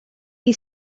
chi